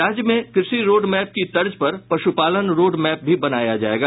राज्य में कृषि रोड मैप की तर्ज पर पशुपालन रोड मैप भी बनाया जायेगा